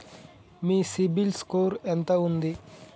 మీ CIBIL score ఎంత ఉంది?